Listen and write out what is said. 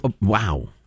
Wow